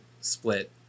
split